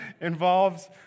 involves